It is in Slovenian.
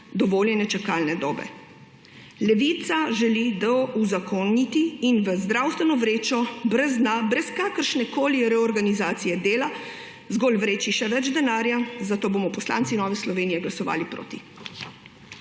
dovoljene čakalne dobe. Levica želi to uzakoniti in v zdravstveno vrečo brez dna, brez kakršnekoli reorganizacije dela zgolj vreči še več denarja, zato bomo poslanci Nove Slovenije glasovali proti.